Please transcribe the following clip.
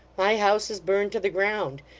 my house is burned to the ground.